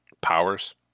powers